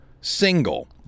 single